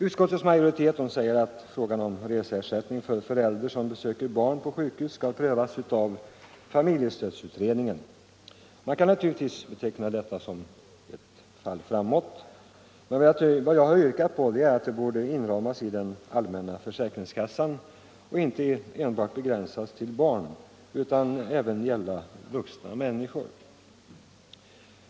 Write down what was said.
Utskottets majoritet säger att frågan om reseersättning för förälder som besöker barn på sjukhus skall prövas av familjestödsutredningen. Detta kan naturligtvis betecknas som ett fall framåt, men jag har yrkat att ersättningen borde ingå i den allmänna sjukförsäkringen och inte enbart begränsas till barn utan gälla även vuxna människor.